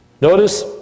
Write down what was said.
Notice